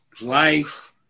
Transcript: life